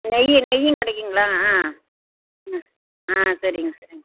நெய் நெய்யும் கிடைக்குங்களா ஆ ம் ஆ சரிங்க சரிங்க